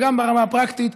וגם ברמה הפרקטית,